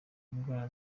indwara